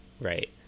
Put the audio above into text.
Right